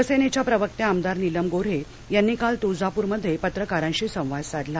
शिवसेनेच्या प्रवक्त्या आमदार निलम गोरे यांनी काल तुळजापूरमध्ये पत्रकारांशी संवाद साधला